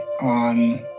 on